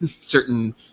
certain